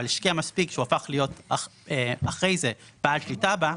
אבל השקיע מספיק שהוא הפך להיות אחרי זה בעל שליטה בה,